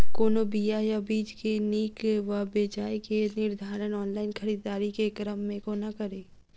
कोनों बीया वा बीज केँ नीक वा बेजाय केँ निर्धारण ऑनलाइन खरीददारी केँ क्रम मे कोना कड़ी?